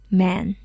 man 。